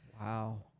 Wow